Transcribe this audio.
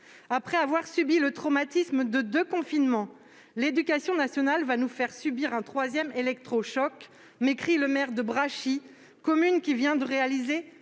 Après avoir subi le traumatisme de deux confinements, l'éducation nationale va nous faire subir un troisième électrochoc », m'écrit le maire de Brachy, commune qui vient de réaliser